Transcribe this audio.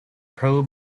pro